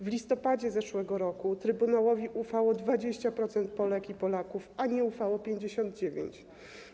W listopadzie zeszłego roku trybunałowi ufało 20% Polek i Polaków, a nie ufało 59%.